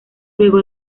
luego